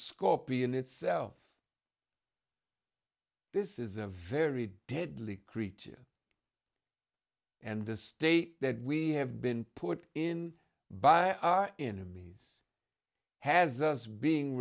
scorpion itself this is a very deadly creature and the state that we have been put in by enemies has being